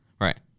right